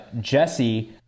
Jesse